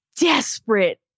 desperate